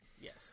Yes